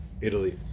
Italy